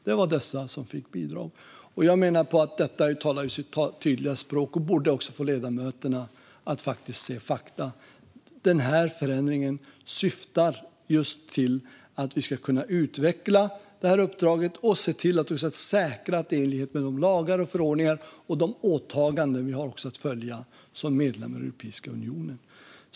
Det var dessa båda som fick bidrag, och jag menar att detta talar sitt tydliga språk. Det borde också få ledamöterna att se fakta: Den här förändringen syftar just till att vi ska kunna utveckla uppdraget och naturligtvis se till att säkra att det sker i enlighet med de lagar och förordningar och de åtaganden Sverige har att följa som medlem i Europeiska unionen.